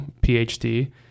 PhD